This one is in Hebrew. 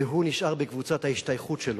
והוא נשאר בקבוצת ההשתייכות שלו,